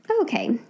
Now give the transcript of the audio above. Okay